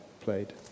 played